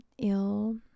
ill